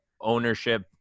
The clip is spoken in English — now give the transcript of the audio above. ownership